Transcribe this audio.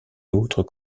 l’autre